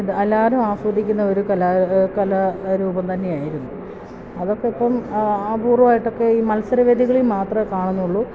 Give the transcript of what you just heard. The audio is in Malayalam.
എല്ലാവരും ആസ്വദിക്കുന്ന ഒരു കലാരൂപം തന്നെയായിരുന്നു അതൊക്കെ ഇപ്പം അപൂർവമായിട്ടൊക്കെ ഈ മത്സരവേദികളില് മാത്രമേ കാണുന്നുള്ളൂ